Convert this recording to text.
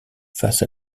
face